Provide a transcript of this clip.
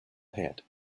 head